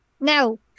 No